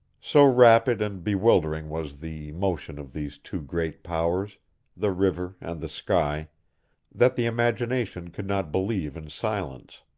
so rapid and bewildering was the motion of these two great powers the river and the sky that the imagination could not believe in silence.